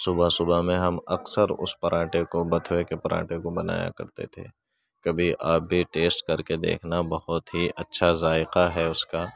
صبح صبح میں ہم اکثر اس پراٹھے کو بتھوے کے پراٹھے کو بنایا کرتے تھے کبھی آپ بھی ٹیسٹ کر کے دیکھنا بہت ہی اچھا ذائقہ ہے اس کا